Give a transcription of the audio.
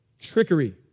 trickery